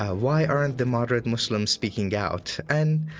ah why aren't the moderate muslims speaking out? and,